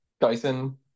Dyson